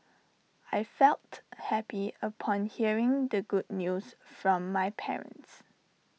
I felt happy upon hearing the good news from my parents